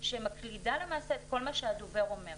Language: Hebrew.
שמקלידה למעשה את כל מה שהדובר אומר.